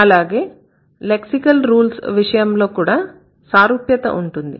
అలాగే lexical rules విషయంలో కూడా సారూప్యత ఉంటుంది